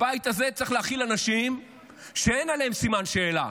הבית הזה צריך להכיל אנשים שאין עליהם סימן שאלה,